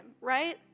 right